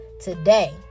Today